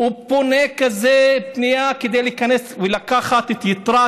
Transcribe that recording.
הוא פונה כזו פנייה כדי להיכנס ולקחת את יתרת